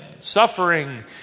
Suffering